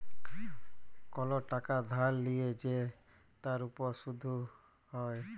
call টাকা ধার লিয়ে যে তার উপর শুধ হ্যয়